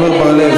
עמר בר-לב,